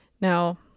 Now